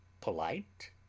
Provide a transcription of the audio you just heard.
Polite